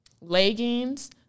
leggings